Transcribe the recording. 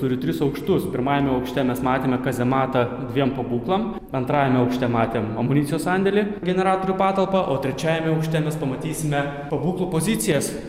turi tris aukštus pirmajame aukšte mes matėme kazematą dviem pabūklam antrajame aukšte matėm amunicijos sandėlį generatorių patalpą o trečiajame aukšte mes pamatysime pabūklų pozicijas